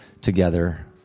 together